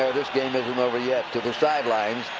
this game isn't over yet. to the sidelines.